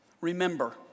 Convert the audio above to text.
Remember